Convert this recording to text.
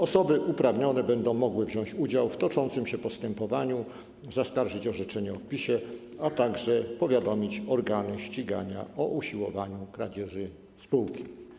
osoby uprawnione będą mogły wziąć udział w toczącym się postępowaniu, zaskarżyć orzeczenie o wpisie, a także powiadomić organy ścigania o usiłowaniu kradzieży spółki.